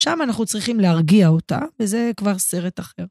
שם אנחנו צריכים להרגיע אותה, וזה כבר סרט אחר.